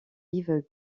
rive